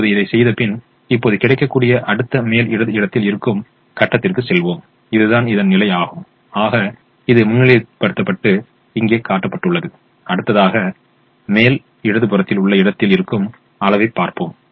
இப்போது இதைச் செய்தபின் இப்போது கிடைக்கக்கூடிய அடுத்த மேல் இடது இடத்தில இருக்கும் கட்டத்திற்கு செல்வோம் இதுதான் இதன் நிலை ஆகும் ஆக இது முன்னிலைப்படுத்தப்பட்டு இங்கே காட்டப்பட்டுள்ளது அடுத்ததாக மேல் இடது புறத்தில் உள்ள இடத்தில இருக்கும் அளவை பார்ப்போம்